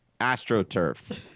AstroTurf